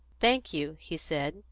thank you, he said,